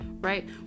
right